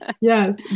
yes